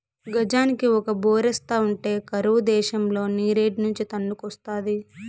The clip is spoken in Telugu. గజానికి ఒక బోరేస్తా ఉంటే కరువు దేశంల నీరేడ్నుంచి తన్నుకొస్తాది